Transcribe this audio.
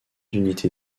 d’unité